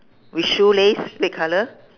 with shoelace red colour